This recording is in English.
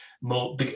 more